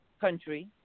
country